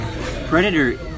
Predator